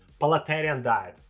pollotarian diet,